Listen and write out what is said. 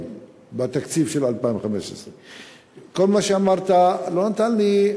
בתקציב של 2015. כל מה שאמרת לא נתן לי,